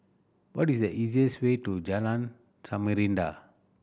what is the easiest way to Jalan Samarinda